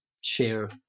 share